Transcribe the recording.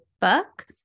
book